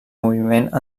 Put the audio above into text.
moviment